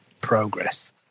progress